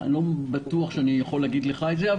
אני לא בטוח שאני יכול להגיד לך את זה.